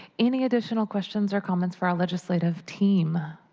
any additional questions or comments for our legislative team?